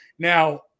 Now